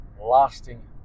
lasting